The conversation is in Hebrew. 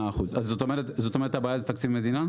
זאת אומרת הבעיה זה תקציב מדינה?